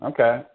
Okay